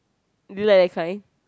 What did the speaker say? you like that kind